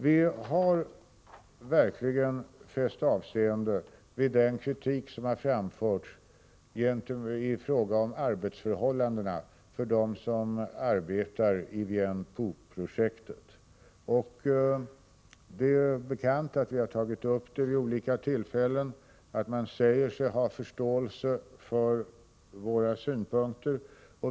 Vi har verkligen fäst avseende vid den kritik som framförts i fråga om arbetsförhållandena för dem som arbetar i Vinh Phu-projektet. Det är väl känt att vi tagit upp frågan vid olika tillfällen. Man säger sig i Vietnam ha förståelse för våra synpunkter.